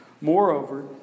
Moreover